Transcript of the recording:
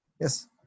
Yes